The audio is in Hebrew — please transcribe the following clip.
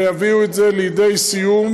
ויביאו את זה לידי סיום,